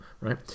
right